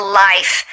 life